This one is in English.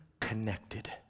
connected